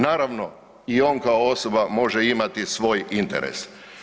Naravno, i on kao osoba može imati svoj interes.